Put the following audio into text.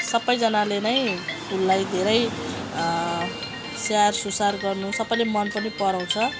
सबैजनाले नै फुललाई धेरै स्याहार सुसार गर्न सबैले मन पनि पराउँछ